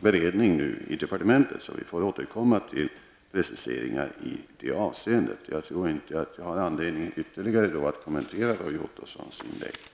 beredning i departementet. Vi får återkomma med preciseringar i det avseendet. Jag tror inte att det finns anledning att ytterligare kommentera Roy Ottossons inlägg.